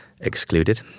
excluded